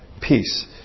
peace